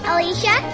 Alicia